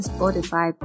Spotify